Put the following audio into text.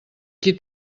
qui